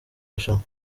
rushanwa